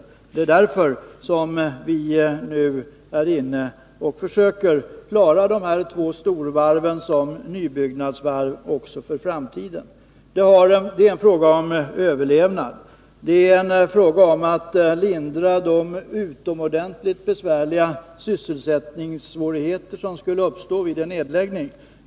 Det är därför som vi nu försöker klara de här två storvarven som nybyggnadsvarv också för framtiden. Det är en fråga om överlevnad. Det är en fråga om att lindra de oerhört stora sysselsättningssvårigheter som skulle uppstå vid en nedläggning.